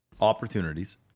opportunities